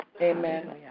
Amen